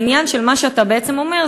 העניין של מה שאתה בעצם אומר,